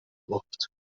گفت